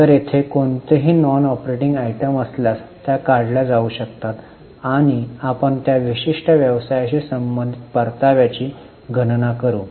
तर तेथे कोणतीही नॉन ऑपरेटिंग आयटम असल्यास त्या काढल्या जाऊ शकतात आणि आपण त्या विशिष्ट व्यवसायाशी संबंधित परताव्याची गणना करू